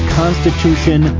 constitution